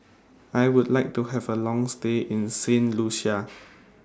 I Would like to Have A Long stay in Saint Lucia